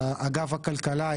אגף הכלכלה,